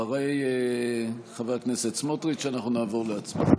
אחרי חבר הכנסת סמוטריץ' אנחנו נעבור להצבעה.